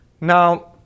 Now